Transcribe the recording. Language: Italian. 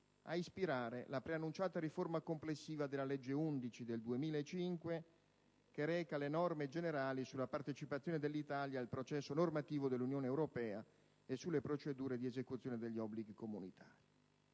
a ispirare la preannunciata riforma complessiva della legge n. 11 del 2005, che reca le norme generali sulla partecipazione dell'Italia al processo normativo dell'Unione europea e sulle procedure di esecuzione degli obblighi comunitari.